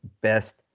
best